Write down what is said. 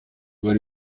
bari